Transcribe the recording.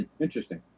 Interesting